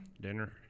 Dinner